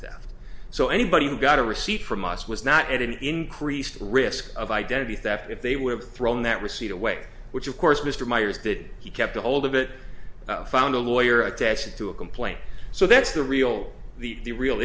theft so anybody who got a receipt from us was not at an increased risk of identity theft if they would have thrown that receipt away which of course mr meyers did he kept a hold of it found a lawyer attached to a complaint so that's the real the